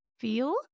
feel